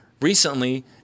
recently